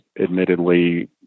admittedly